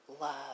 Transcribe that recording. love